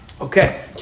Okay